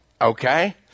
okay